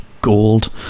gold